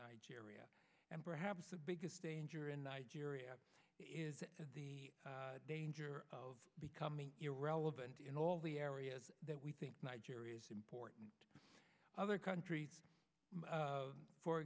nigeria and perhaps the biggest danger in nigeria is the danger of becoming irrelevant in all the areas that we think nigeria is important other countries